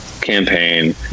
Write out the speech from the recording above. campaign